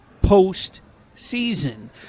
postseason